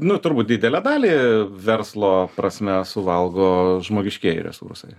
nu turbūt didelę dalį verslo prasme suvalgo žmogiškieji resursai